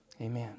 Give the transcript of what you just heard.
Amen